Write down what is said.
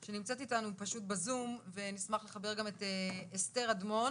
היא נמצאת איתנו בזום ונשמח לחבר גם את אסתר אדמון,